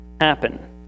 happen